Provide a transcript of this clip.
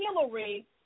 Hillary